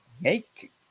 make